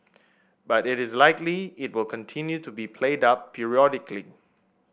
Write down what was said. but it is likely it will continue to be played up periodically